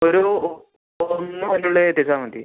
ഒരു ഒ ഒന്നൊ അതിന്റെ ഉള്ളിൽ എത്തിച്ചാൽ മതി